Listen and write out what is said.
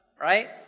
right